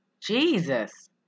Jesus